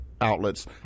outlets